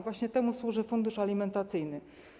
Właśnie temu służy fundusz alimentacyjny.